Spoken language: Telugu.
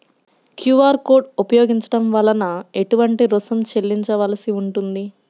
క్యూ.అర్ కోడ్ ఉపయోగించటం వలన ఏటువంటి రుసుం చెల్లించవలసి ఉంటుంది?